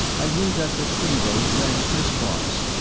i knew that the tree-roads ran crisscross,